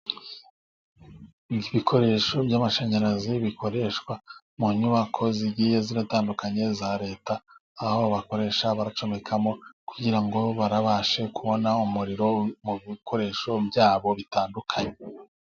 Ibikoresho by' amashanyarazi bikoreshwa mu nyubako, zigiye zitandukanye za leta aho bakoresha bacomekamo, kugira ngo babashe kubona umuriro mu bikoresho byabo bitandukanye.